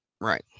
Right